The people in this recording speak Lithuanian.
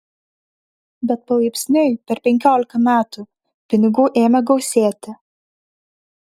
bet palaipsniui per penkiolika metų pinigų ėmė gausėti